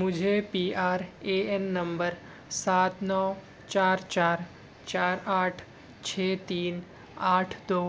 مجھے P R A N number سات نو چار چار چار آٹھ چھے تین آٹھ دو